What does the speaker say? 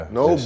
no